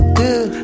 good